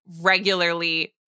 regularly